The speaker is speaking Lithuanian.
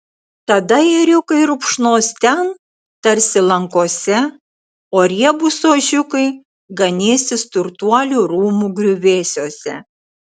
tada ėriukai rupšnos ten tarsi lankose o riebūs ožiukai ganysis turtuolių rūmų griuvėsiuose